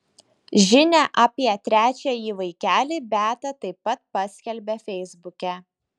žinią apie trečiąjį vaikelį beata taip pat paskelbė feisbuke